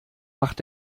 macht